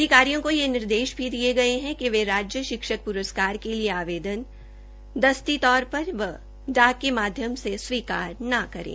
अधिकारियों को यह निर्देश भी दिये गये है कि वे राज्य शिक्षक प्रस्कार के लिए आवदेन दस्ती और व डाक के माध्यम से स्वीकार न करें